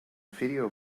video